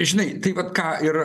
žinai tai vat ką ir